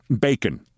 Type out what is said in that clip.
bacon